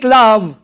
love